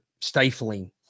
stifling